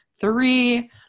three